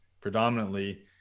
predominantly